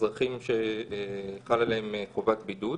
אזרחים שחלה עליהם חובת בידוד.